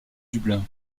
dublin